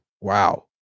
wow